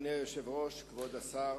אדוני היושב-ראש, כבוד השר,